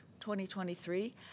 2023